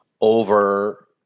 over